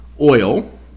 Oil